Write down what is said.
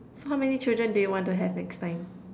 so how many children do you want to have next time